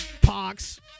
Pox